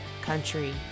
country